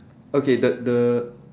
okay the the